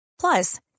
Plus